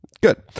Good